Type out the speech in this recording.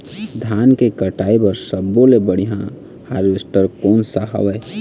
धान के कटाई बर सब्बो ले बढ़िया हारवेस्ट कोन सा हवए?